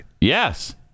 Yes